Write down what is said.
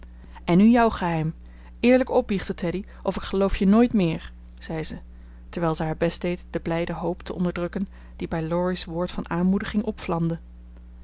en nu jouw geheim eerlijk opbiechten teddy of ik geloof je nooit meer zei ze terwijl ze haar best deed de blijde hoop te onderdrukken die bij laurie's woord van aanmoediging